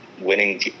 winning